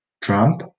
Trump